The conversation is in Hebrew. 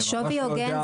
אני ממש לא יודע,